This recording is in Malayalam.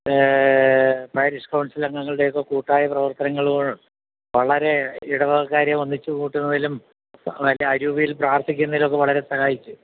പാരിഷ് കൗൺസിൽ അംഗങ്ങളുടെയൊക്കെ കൂട്ടായ പ്രവർത്തനങ്ങൾ വളരെ ഇടവകക്കാരേം ഒന്നിച്ച് കൂട്ടുന്നതിലും മറ്റേ അരൂപയിൽ പ്രാർത്ഥിക്കുന്നതിലൊക്കെ വളരെ സഹായിച്ചു